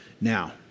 Now